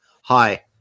hi